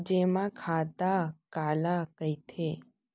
जेमा खाता काला कहिथे?